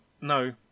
No